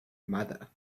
mother